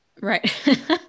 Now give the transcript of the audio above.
Right